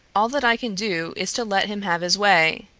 all that i can do is to let him have his way.